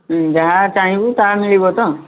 ଯାହା ଚାହିଁବୁ ତାହା ମିଳିବ ତ